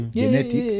genetic